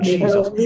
Jesus